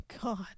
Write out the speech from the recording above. God